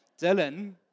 Dylan